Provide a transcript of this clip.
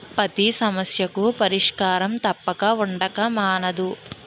పతి సమస్యకు పరిష్కారం తప్పక ఉండక మానదు